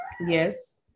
Yes